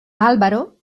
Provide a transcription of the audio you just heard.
álvaro